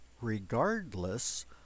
regardless